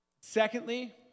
Secondly